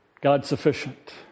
God-sufficient